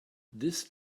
this